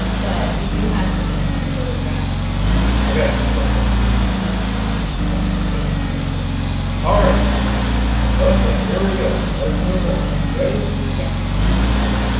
but we do have some some photographs coming out we got some photographs for you guys coming up some evidence photographs all right okay here we go let's move on yes this one's you